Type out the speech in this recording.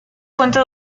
fuente